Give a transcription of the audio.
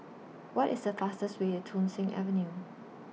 What IS The fastest Way to Thong Soon Avenue